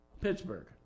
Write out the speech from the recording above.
Pittsburgh